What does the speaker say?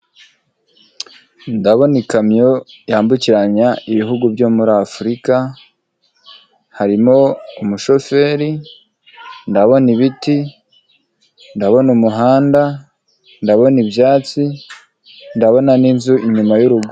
Ndabona ikamyo yambukiranya ibihugu byo muri afurika, harimo umushoferi, ndabona ibiti, ndabona umuhanda, ndabona ibyatsi, ndabona n'inzu inyuma y'urugo.